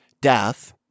death